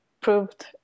proved